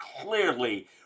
clearly